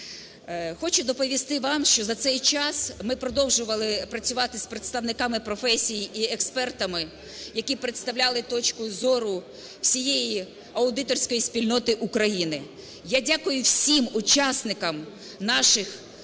Хочу доповісти вам, що за цей час ми продовжували працювати з представниками професій і експертами, які представляли точку зору всієї аудиторської спільноти України. Я дякую всім учасникам наших безкінечних